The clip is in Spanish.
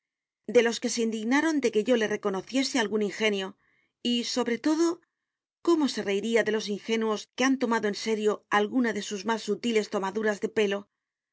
miguelde los que se indignaron de que yo le reconociese algún ingenio y sobre todo cómo se reiría de los ingenuos que han tomado en serio alguna de sus más sutiles tomaduras de pelo